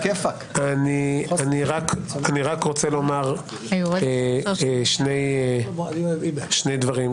אני רק רוצה לומר שני דברים,